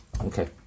Okay